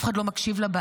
אף אחד לא מקשיב לבעיות,